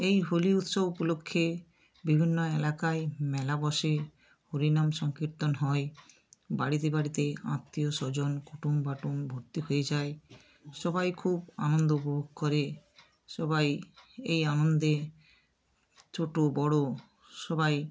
এই হোলি উৎসব উপলক্ষে বিভিন্ন এলাকায় মেলা বসে হরিনাম সংকীর্তন হয় বাড়িতে বাড়িতে আত্মীয়স্বজন কুটুম বাটুম ভর্তি হয়ে যায় সবাই খুব আনন্দ উপভোগ করে সবাই এই আনন্দে ছোট বড় সবাই